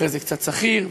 אחרי זה קצת שכיר,